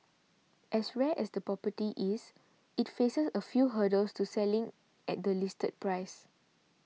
as rare as the property is though it faces a few hurdles to selling at the listed price